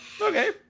okay